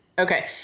Okay